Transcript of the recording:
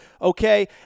Okay